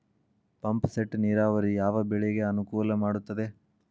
Pump set ನೇರಾವರಿ ಯಾವ್ ಬೆಳೆಗೆ ಅನುಕೂಲ ಮಾಡುತ್ತದೆ?